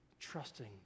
trusting